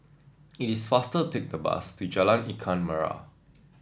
it is faster take the bus to Jalan Ikan Merah